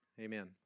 Amen